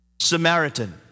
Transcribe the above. Samaritan